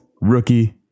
rookie